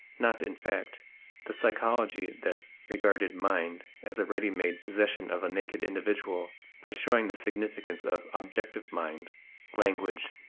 not in fact the psychology that regarded mind as a ready-made possession of a naked individual by showing the significance of objective mind language,